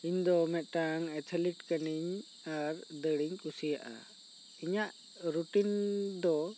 ᱤᱧ ᱫᱚ ᱢᱤᱫᱴᱟᱝ ᱮᱛᱷᱮᱞᱤᱴ ᱠᱟᱹᱱᱟᱹᱧ ᱟᱨ ᱫᱟᱹᱲᱤᱧ ᱠᱩᱥᱤᱭᱟᱜᱼᱟ ᱤᱧᱟᱹᱜ ᱨᱩᱴᱤᱱ ᱫᱚ